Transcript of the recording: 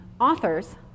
authors